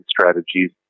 strategies